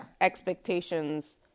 expectations